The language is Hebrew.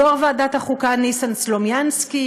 יו"ר ועדת החוקה ניסן סלומינסקי,